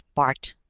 bart.